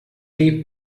deep